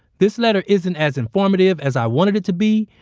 this letter isn't as informative as i wanted it to be,